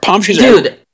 Dude